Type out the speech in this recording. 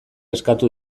eskatu